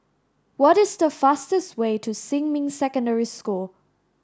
what is the fastest way to Xinmin Secondary School